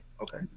Okay